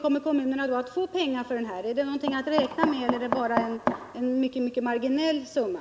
Blir det någonting att räkna med eller kommer det att bara röra sig om en mycket marginell summa?